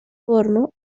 porno